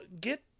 get